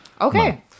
Okay